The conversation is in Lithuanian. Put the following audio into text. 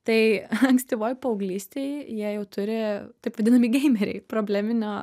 tai ankstyvoj paauglystėj jie jau turi taip vadinami geimeriai probleminio